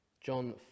John